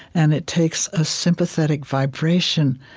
and it takes a sympathetic vibration,